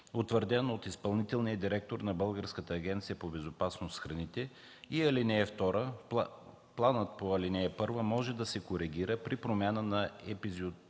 утвърден от изпълнителния директор на Българската агенция по безопасност на храните и ал. 2. Планът по ал. 1 може да се коригира при промяна на епизодичната